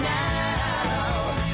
now